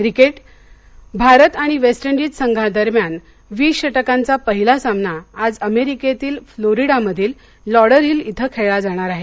cricket Bharat आणि West Indies संघांदरम्यान वीस षटकांचा पहिला सामना आज अमेरिकेतील फ्लोरिडा मधील लॉडरहील इथं खेळला जाणार आहे